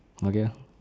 okay lor